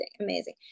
Amazing